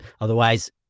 Otherwise